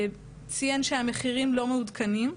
דוח המבקר ציין שהמחירים לא מעודכנים.